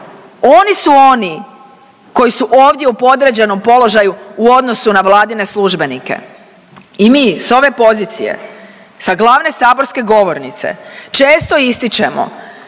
Oni su oni koji su ovdje u podređenom položaju u odnosu na Vladine službenike i mi s ove pozicije, sa glavne saborske govornice često ističemo